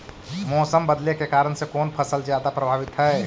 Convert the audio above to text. मोसम बदलते के कारन से कोन फसल ज्यादा प्रभाबीत हय?